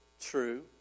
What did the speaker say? true